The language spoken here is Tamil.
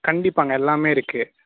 கண்டிப்பாகங்க எல்லாமே இருக்குது